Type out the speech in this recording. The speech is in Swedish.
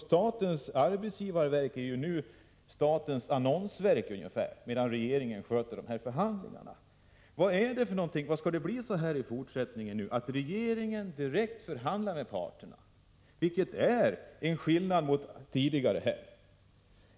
Statens arbetsgivarverk är nu ungefär ett statens annonsverk, medan regeringen sköter förhandlingarna. Skall det bli så här i fortsättningen — att regeringen direkt förhandlar med parterna? Det innebär en skillnad mot vad som har gällt tidigare.